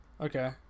Okay